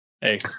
hey